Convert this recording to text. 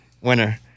Winner